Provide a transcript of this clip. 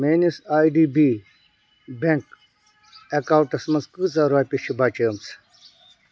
میٲنِس I D B bank اکاونٹَس منٛز کۭژاہ رۄپیہِ چھِ بچیمٕژ